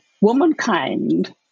womankind